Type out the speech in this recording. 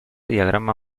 diagrama